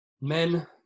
men